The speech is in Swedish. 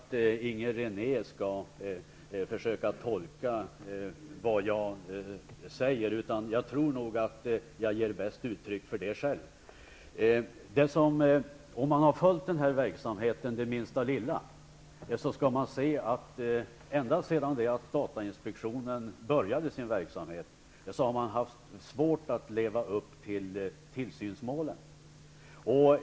Herr talman! Jag tror inte att Inger René skall försöka tolka vad jag säger. Det ger jag bäst uttryck för själv. Om man har följt denna verksamhet det minsta lilla, ser man att datainspektionen ända sedan den började sin verksamhet har haft svårt att leva upp till målen för tillsynen.